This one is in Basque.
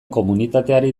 komunitateari